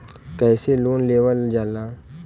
कैसे लोन लेवल जाला?